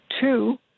two